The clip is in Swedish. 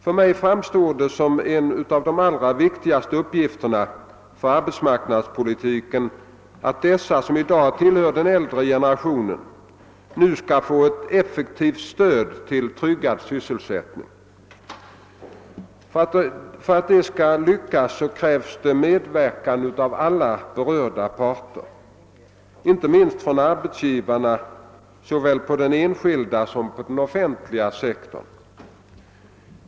För mig framstår det som en av de allra viktigaste uppgifterna för arbetsmarknadspolitiken att dessa, som i dag tillhör den äldre generationen, nu skall få ett effektivt stöd till tryggad sysselsättning. För att det skall lyckas krävs medverkan från alla berörda parter, inte minst från arbetsgivarna såväl på den enskilda som på den offentliga sektorn.